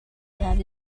have